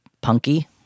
punky